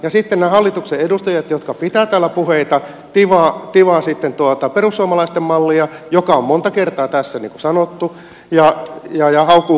ja sitten nämä hallituksen edustajat jotka pitävät täällä puheita tivaavat sitten perussuomalaisten mallia joka on monta kertaa tässä sanottu ja haukkuvat keskustan malleja